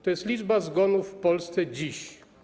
To jest liczba zgonów w Polsce dziś.